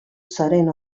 zaren